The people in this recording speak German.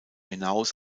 hinaus